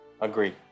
Agree